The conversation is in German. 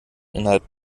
innerhalb